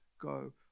go